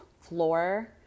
floor